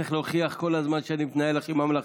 אני צריך להוכיח כל הזמן שאני מתנהל הכי ממלכתי.